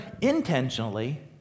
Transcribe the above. intentionally